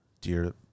dear